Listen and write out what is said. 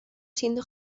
siendo